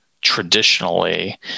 traditionally